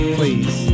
please